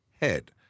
head